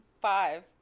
five